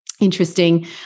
Interesting